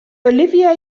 olivier